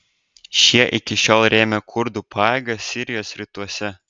šie iki šiol rėmė kurdų pajėgas sirijos rytuose